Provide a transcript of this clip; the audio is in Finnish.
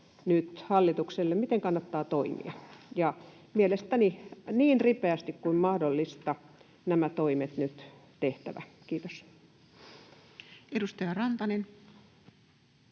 nyt hallitukselle siitä, miten kannattaa toimia, ja mielestäni niin ripeästi kuin mahdollista nämä toimet on nyt tehtävä. — Kiitos. [Speech